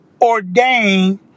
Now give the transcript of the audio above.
ordained